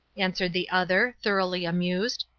answered the other, thoroughly amused.